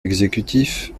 exécutif